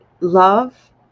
love